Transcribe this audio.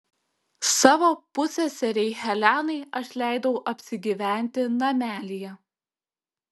savo pusseserei helenai aš leidau apsigyventi namelyje